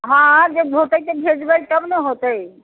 हँ जब होतै तऽ भेजबै तब ने होतै